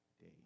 day